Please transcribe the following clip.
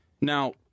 Now